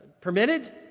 permitted